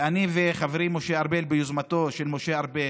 ואני וחברי משה ארבל, ביוזמתו של משה ארבל,